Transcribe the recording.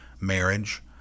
marriage